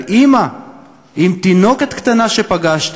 על אימא עם תינוקת קטנה שפגשת,